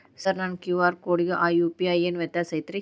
Sir ನನ್ನ QR ಕೊಡಿಗೂ ಆ ಯು.ಪಿ.ಐ ಗೂ ಏನ್ ವ್ಯತ್ಯಾಸ ಐತ್ರಿ?